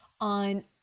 on